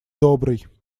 добрый